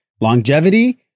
longevity